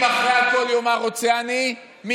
זה דיון הלכתי שלא אני ואתה יודעים את זה.